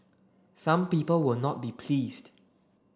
some people will not be pleased